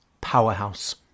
powerhouse